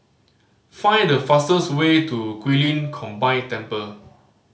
find the fastest way to Guilin Combined Temple